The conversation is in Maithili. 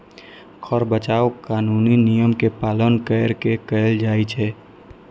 कर बचाव कानूनी नियम के पालन कैर के कैल जाइ छै